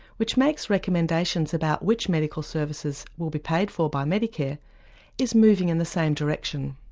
which makes recommendations about which medical services will be paid for by medicare is moving in the same direction.